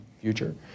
future